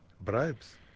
bribes